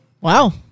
Wow